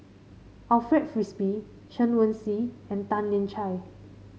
Alfred Frisby Chen Wen Hsi and Tan Lian Chye